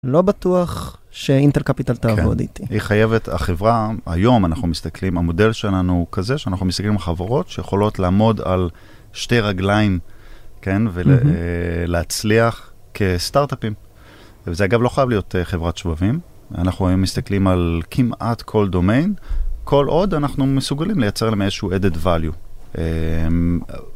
לא בטוח שאינטר-קפיטל תעבוד איתי. היא חייבת, החברה, היום אנחנו מסתכלים, המודל שלנו הוא כזה, שאנחנו מסתכלים על חברות שיכולות לעמוד על שתי רגליים, כן, ולהצליח כסטארט-אפים. זה אגב לא חייב להיות חברת שבבים, אנחנו היום מסתכלים על כמעט כל דומיין, כל עוד אנחנו מסוגלים לייצר להם איזשהו added value.